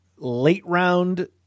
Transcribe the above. late-round